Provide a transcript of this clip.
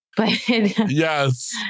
Yes